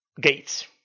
gates